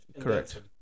Correct